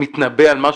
מתנבא על משהו,